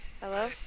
Hello